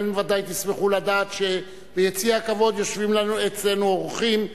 אתם בוודאי תשמחו לדעת שביציע הכבוד יושבים אצלנו אורחים,